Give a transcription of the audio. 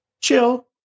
chill